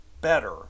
better